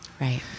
right